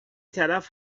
طرف